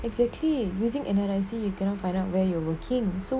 exactly using N_R_I_C I see you cannot find out where you're working so what's wrong with you